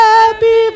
Happy